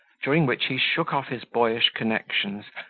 during which he shook off his boyish connections,